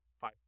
five